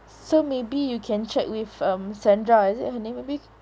so maybe you can check with um sandra is it her name maybe